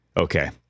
Okay